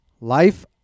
Life